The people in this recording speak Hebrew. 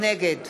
נגד